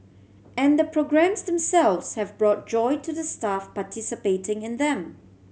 and the programmes themselves have brought joy to the staff participating in them